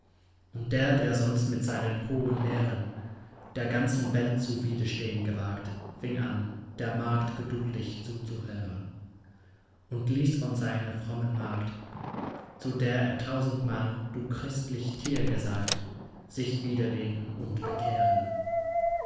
und der der sonst mit seinen hohen lehren der ganzen welt zu widerstehn gewagt fing an der magd geduldig zuzuhören und ließ von seiner frommen magd zu der er tausendmal du christlich tier gesagt sich widerlegen und bekehren